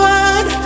one